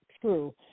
true